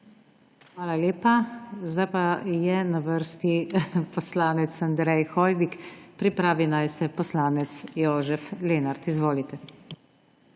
Hvala lepa. Zdaj pa je na vrsti poslanec Andrej Hoivik, pripravi naj se poslanec Jožef Lenart. Izvolite.